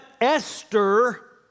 Esther